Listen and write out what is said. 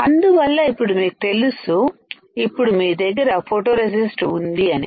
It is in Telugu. అందువల్ల ఇప్పుడు మీకు తెలుసు ఇప్పుడు మీ దగ్గర ఫోటోరెసిస్ట్ ఉంది అని